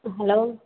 hello